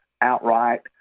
outright